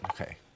Okay